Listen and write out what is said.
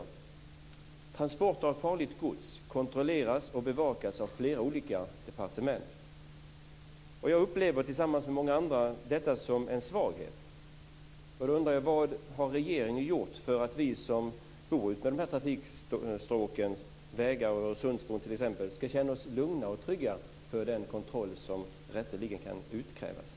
Transporter av farligt gods kontrolleras och bevakas av flera olika departement. Jag upplever tillsammans med många andra detta som en svaghet. Då undrar jag: Vad har regeringen gjort för att vi som bor utmed trafikstråken, t.ex. vägar och Öresundsbron, ska känna oss lugna och trygga när det gäller den kontroll som rätteligen kan utkrävas?